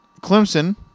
Clemson